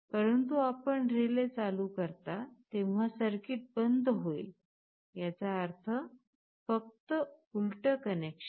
परंतु आपण रिले चालू करता तेव्हा सर्किट बंद होईल याचा अर्थ फक्त उलट कॉन्व्हेंशन